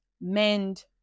mend